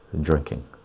drinking